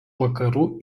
vakarų